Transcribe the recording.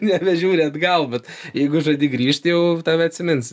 nebežiūri atgal bet jeigu žadi grįžt jau tave atsimins